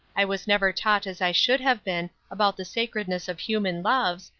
i was never taught as i should have been about the sacredness of human loves,